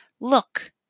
Look